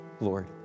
Lord